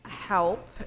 help